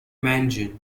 mansion